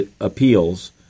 appeals